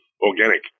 organic